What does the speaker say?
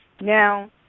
Now